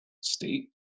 state